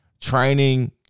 training